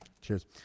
Cheers